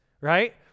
right